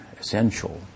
essential